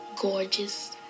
gorgeous